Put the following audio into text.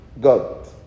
God